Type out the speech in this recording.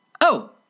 Oh